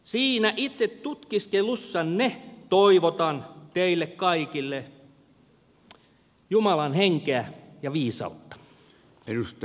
siinä itsetutkiskelussanne toivotan teille kaikille jumalan henkeä ja viisautta